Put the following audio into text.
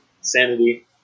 sanity